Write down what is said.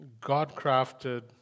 God-crafted